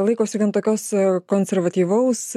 laikosi gan tokios konservatyvaus